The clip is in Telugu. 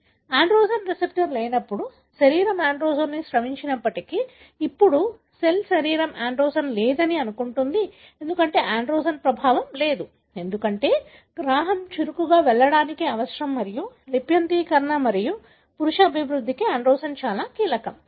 కాబట్టి ఆండ్రోజెన్ రిసెప్టర్ లేనప్పుడు శరీరం ఆండ్రోజెన్ను స్రవించినప్పటికీ ఇప్పుడు సెల్ శరీరం ఆండ్రోజెన్ లేదని అనుకుంటుంది ఎందుకంటే ఆండ్రోజెన్ ప్రభావం లేదు ఎందుకంటే గ్రాహకం చురుకుగా వెళ్లడానికి అవసరం మరియు లిప్యంతరీకరణ మరియు పురుష అభివృద్ధికి ఆండ్రోజెన్ చాలా కీలకం